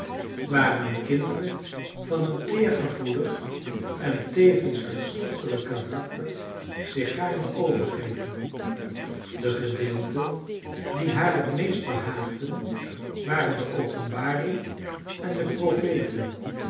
waaraan kinderen van een teergevoelig en tevens hartstochtelijk karakter zich gaarne overgeven de gedeelten die haar het meest behaagden waren de openbaring en de